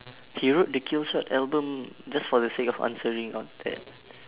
he wrote the killshot album just for the sake of answering all that